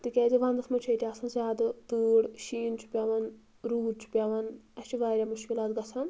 تِکیٛازِ ونٛدَس منٛز چھُ ییٚتہِ آسان زیادٕ تۭر شیٖن چھُ پٮ۪وان روٗد چھُ پٮ۪وان اَسہِ چھُ واریاہ مُشکِلات گژھان